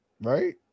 right